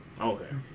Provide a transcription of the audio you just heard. Okay